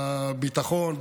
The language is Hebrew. בביטחון,